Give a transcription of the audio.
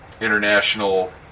international